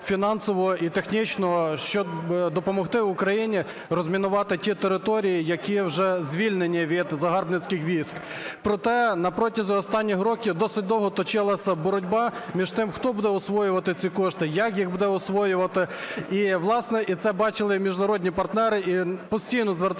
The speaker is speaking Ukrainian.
фінансово і технічно, щоб допомогти Україні розмінувати ті території, які вже звільнені від загарбницьких військ. Проте, на протязі останніх років досить довго точилася боротьба між тим, хто буде освоювати ці кошти, як їх буде освоювати і, власне, і це бачили міжнародні партнери і постійно зверталися